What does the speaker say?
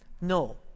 No